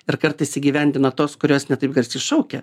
ir kartais įgyvendina tos kurios ne taip garsiai šaukia